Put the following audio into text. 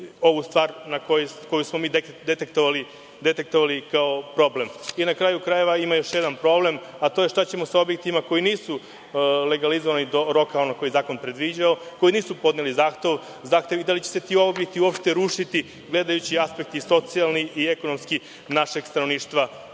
ovu stvar koju smo mi detektovali kao problem.I na kraju krajeva ima još jedan problem, a to je šta ćemo sa objektima koji nisu legalizovani do roka koji zakon predviđao, koji nisu podneli zahtev i da li će se ti objekti uopšte rušiti, gledajući aspekt i socijalni i ekonomski našeg stanovništva